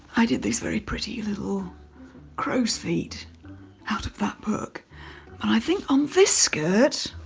i did these very pretty little crow's feet out of that book. and i think on this skirt,